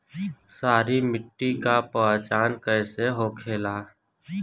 सारी मिट्टी का पहचान कैसे होखेला?